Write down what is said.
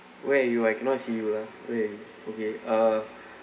where you I cannot see you lah where're you okay uh